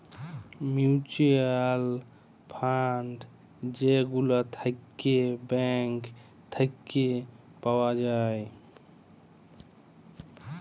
mutual fund যে গুলা থাক্যে ব্যাঙ্ক থাক্যে পাওয়া যায়